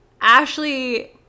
Ashley